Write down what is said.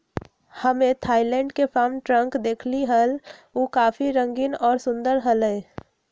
हम्मे थायलैंड के farm truck देखली हल, ऊ काफी रंगीन और सुंदर हलय